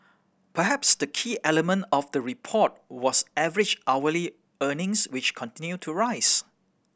perhaps the key element of the report was average hourly earnings which continued to rise